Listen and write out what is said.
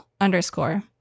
underscore